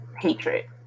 hatred